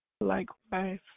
Likewise